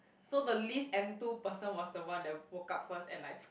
so the least enthu person was the one that woke up first and like